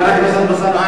חבר הכנסת אלסאנע, שב.